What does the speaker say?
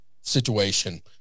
situation